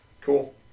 cool